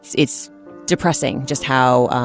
it's it's depressing just how